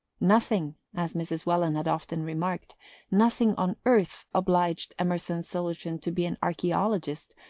nothing as mrs. welland had often remarked nothing on earth obliged emerson sillerton to be an archaeologist,